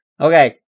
Okay